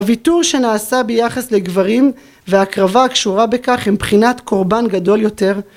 הוויתור שנעשה ביחס לגברים והקרבה הקשורה בכך הם בחינת קורבן גדול יותר